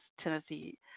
Tennessee